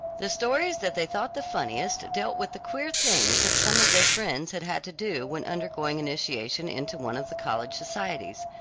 the stories that they thought the funniest dealt with the queer things that some of their friends had had to do when undergoing initiation into one of the college societies,